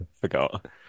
forgot